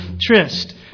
tryst